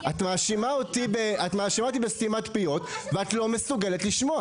את מאשימה אותי בסתימת פיות ואת לא מסוגלת לשמוע.